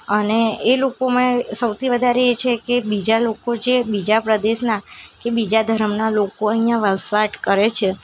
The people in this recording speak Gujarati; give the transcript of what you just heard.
અને એ લોકોમાં સૌથી વધારે એ છે કે બીજા લોકો જે બીજા પ્રદેશના કે બીજા ધર્મના લોકો અહીંયા વસવાટ કરે છે